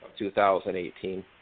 2018